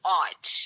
art